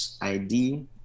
ID